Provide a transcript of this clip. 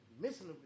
missing